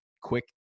quick